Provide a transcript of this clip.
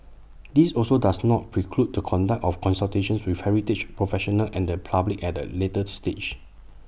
this also does not preclude the conduct of consultations with heritage professionals and the public at A later stage